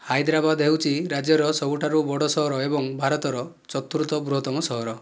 ହାଇଦ୍ରାବାଦ ହେଉଛି ରାଜ୍ୟର ସବୁଠାରୁ ବଡ ସହର ଏବଂ ଭାରତର ଚତୁର୍ଥ ବୃହତ୍ତମ ସହର